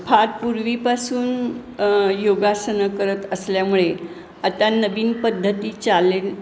फार पूर्वीपासून योगासनं करत असल्यामुळे आता नवीन पद्धती चॅलेल